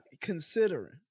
considering